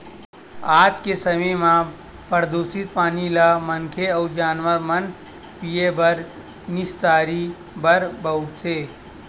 आज के समे म परदूसित पानी ल मनखे अउ जानवर मन ह पीए बर, निस्तारी बर बउरथे